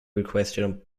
requested